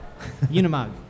Unimog